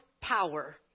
power